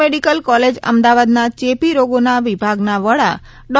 medical college અમદાવાદના ચેપી રોગોના વિભાગના વડા ડો